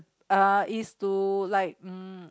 uh it's to like um